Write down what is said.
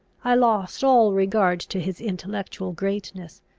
i lost all regard to his intellectual greatness,